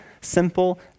simple